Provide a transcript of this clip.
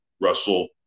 Russell